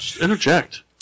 interject